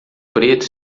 preto